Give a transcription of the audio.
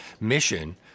mission